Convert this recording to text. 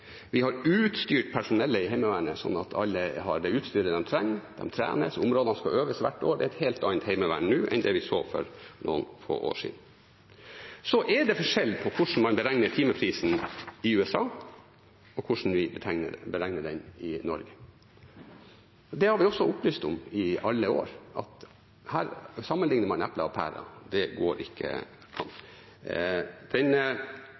Vi har utstyrt personellet i Heimevernet sånn at alle har det utstyret de trenger. De trenes, områdene skal øves hvert år, det er et helt annet heimevern nå enn det vi så for noen få år siden. Så er det forskjell på hvordan man beregner timeprisen i USA, og hvordan vi beregner den i Norge. Det har vi også opplyst om i alle år. Her sammenligner man epler og pærer. Det går ikke an. Den